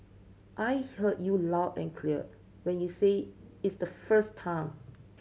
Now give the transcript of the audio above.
I heard you loud and clear when you said it's the first time